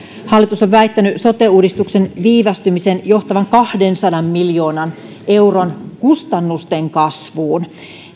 hallitus on väittänyt sote uudistuksen viivästymisen johtavan kahdensadan miljoonan euron kustannusten kasvuun